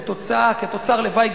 כתוצר לוואי,